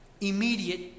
Immediate